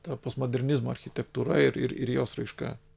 ta postmodernizmo architektūra ir jos raiška